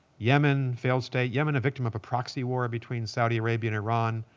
yemen, failed state, yemen a victim of a proxy war between saudi arabia and iran,